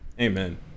Amen